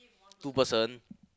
two person